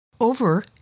over